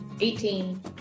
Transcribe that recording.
eighteen